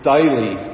daily